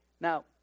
Now